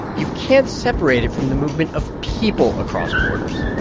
you can't separate it from the movement of people across borders